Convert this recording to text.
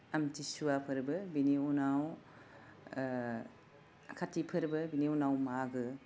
आमथिसुवा फोरबो बिनि उनाव ओह काति फोरबो बेनि उनाव मागो